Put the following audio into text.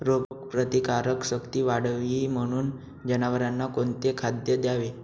रोगप्रतिकारक शक्ती वाढावी म्हणून जनावरांना कोणते खाद्य द्यावे?